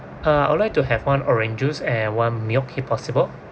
uh I would like to have one orange juice and one milk tea possible